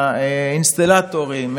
האינסטלטורים,